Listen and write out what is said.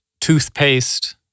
toothpaste